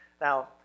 Now